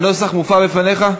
הנוסח מובא בפניך?